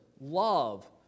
Love